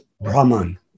Brahman